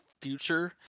future